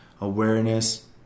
awareness